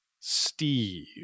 steve